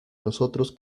nosotros